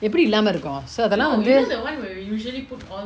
எப்டி இல்லாம இருக்கு:epdi illama iruku so அதலா வந்து:athala vanthu